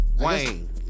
Wayne